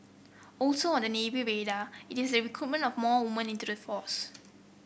also on the Navy radar is the recruitment of more woman into the force